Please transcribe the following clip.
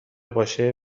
باشه